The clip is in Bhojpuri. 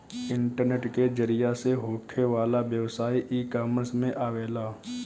इंटरनेट के जरिया से होखे वाला व्यवसाय इकॉमर्स में आवेला